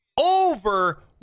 Over